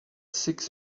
six